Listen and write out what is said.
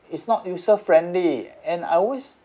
it's not user friendly and I always